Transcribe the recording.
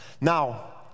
Now